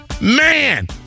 Man